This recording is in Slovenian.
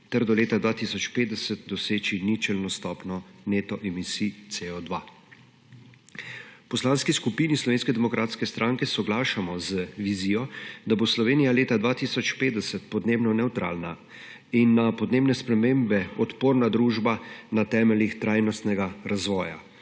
ter do leta 2050 doseči ničelno stopnjo neto emisij CO2. V Poslanski skupini SDS soglašamo z vizijo, da bo Slovenija leta 2050 podnebno nevtralna in na podnebne spremembe odporna družba na temeljih trajnostnega razvoja.